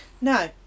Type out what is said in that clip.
No